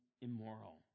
immoral